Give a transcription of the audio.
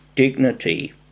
dignity